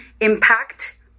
impact